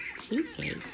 Cheesecake